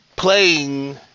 playing